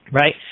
right